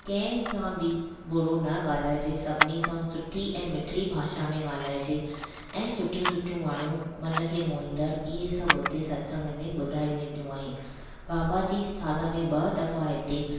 कंहिं सां बि बुरो न ॻाल्हाइजे सभिनी सां सुठी ऐं मिठिड़ी भाषा में ॻाल्हाइजे ऐं सुठियूं सुठियूं वाणियूं मन खे मोहींदड़ इहे सभु हुते सतसंग में ॿुधायूं वेंदियूं आहे बाबा जी साल में ॿ दफ़ा हिते